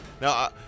now